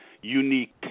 unique